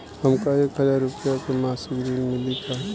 हमका एक हज़ार रूपया के मासिक ऋण मिली का?